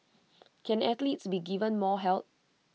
can athletes be given more help